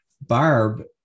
Barb